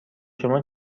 شما